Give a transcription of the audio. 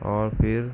اور پھر